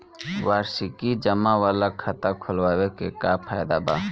वार्षिकी जमा वाला खाता खोलवावे के का फायदा बा?